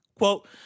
Quote